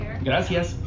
Gracias